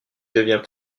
devient